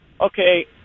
okay